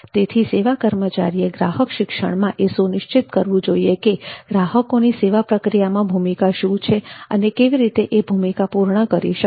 તેથી સેવા કર્મચારીએ ગ્રાહક શિક્ષણમાં એ સુનિશ્ચિત કરવું જોઈએ કે ગ્રાહકોની સેવા પ્રક્રિયામાં ભૂમિકા શું છે અને કેવી રીતે એ ભૂમિકા પૂર્ણ કરી શકાય